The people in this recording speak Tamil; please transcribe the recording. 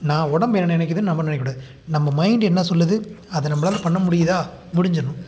நான் உடம்பு என்ன நினைக்குதுன்னு நம்ம நினைக்கக்கூடாது நம்ம மைண்டு என்ன சொல்லுது அதை நம்மளால் பண்ண முடியுதா முடிஞ்சிடுரணும்